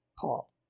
Paul